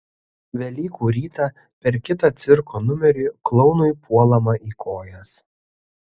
velykų rytą per kitą cirko numerį klounui puolama į kojas